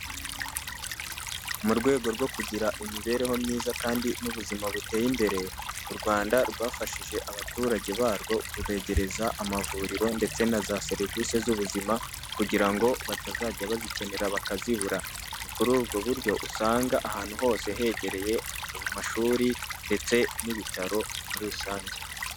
Mu rwego rwo kugira imibereho myiza kandi n'ubuzima buteye imbere, u Rwanda rwafashije abaturage barwo kubegereza amavuriro ndetse na za serivisi z'ubuzima kugira ngo batazajya bazikenera bakazibura, ni kuri ubwo buryo usanga ahantu hose hegereye amashuri ndetse n'ibitaro muri rusange.